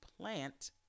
plant